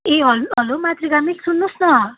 ए hello hello Matrika miss सुन्नु होस् न